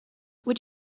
would